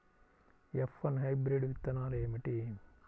F one hybrid విత్తనాలు ఏమిటి?